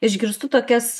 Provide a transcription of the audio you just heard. išgirstu tokias